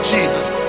Jesus